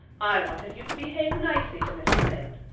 i wanted you to behave nicely to mrs. lynde,